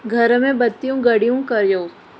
घर में बतियूं ॻढ़ियूं करियो